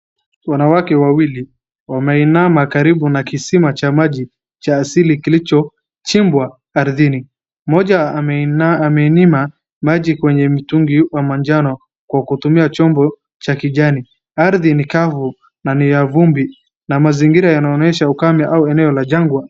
Wanawake wawili wameinama karibu na kisima cha maji cha asili kilicho chimbwa ardhini. Mmoja amemimina maji kwenye mitungi wa majano kwa kutumia chombo cha kijani. Ardhi ni kavu na ni ya vumbi na mazingira yanaonyesha ukame ama eneo la jangwa.